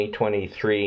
2023